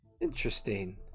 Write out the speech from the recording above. Interesting